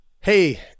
Hey